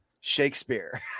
shakespeare